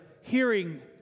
hearing